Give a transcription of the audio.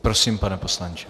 Prosím, pane poslanče.